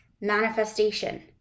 manifestation